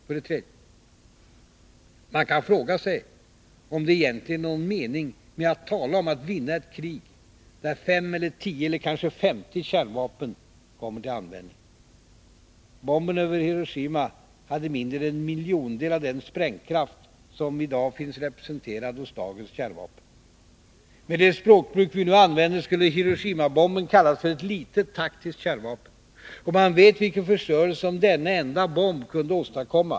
För det tredje: Man kan fråga sig om det egentligen är någon mening med att tala om att ”vinna” ett krig, där fem eller tio eller kanske femtio kärnvapen kommer till användning. Bomben över Hiroshima hade mindre än en miljondel av den sprängkraft som finns representerad hos dagens kärnvapen. Med det språkbruk vi nu använder skulle Hiroshimabomben kallas för ett litet, taktiskt kärnvapen. Och man vet vilken förstörelse som denna enda bomb kunde åstadkomma.